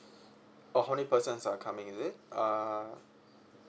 oh how many persons are coming is it uh